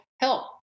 help